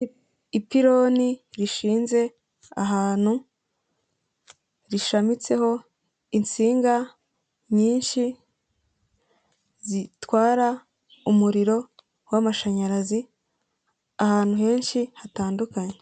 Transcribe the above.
Ipironi rishinze ahantu rishamitseho insinga nyinshi zitwara umuriro w'amashanyarazi ahantu henshi hatandukanye.